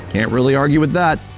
can't really argue with that.